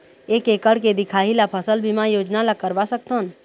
एक एकड़ के दिखाही ला फसल बीमा योजना ला करवा सकथन?